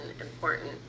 important